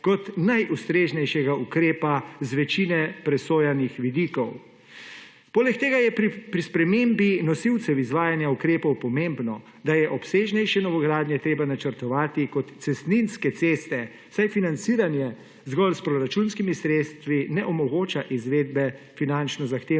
kot najustreznejšega ukrepa z večine presojanih vidikov. Poleg tega je pri spremembi nosilcev izvajanj ukrepov pomembno, da je obsežnejše novogradnje treba načrtovati kot cestninske ceste, saj je financiranje zgolj s proračunskimi sredstvi ne omogoča izvedbe finančno zahtevnih